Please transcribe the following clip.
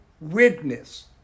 witness